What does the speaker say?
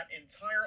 entire